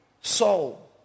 soul